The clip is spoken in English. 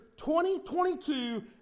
2022